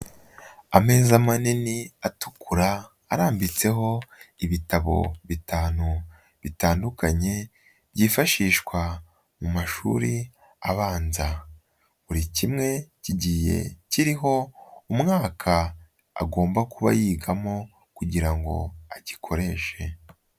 Ameza manini, atukura, arambitseho ibitabo bitanu bitandukanye, byifashishwa mu mashuri abanza, buri kimwe kiriho umwaka agomba kuba yigamo kugira ngo agikoreshe.